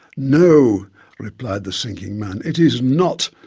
no replied the sinking man it is not.